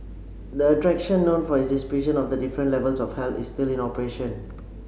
the attraction known for its depiction of the different levels of hell is still in operation